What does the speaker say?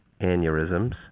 aneurysms